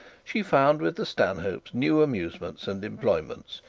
she found with the stanshopes new amusements and employments,